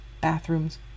bathrooms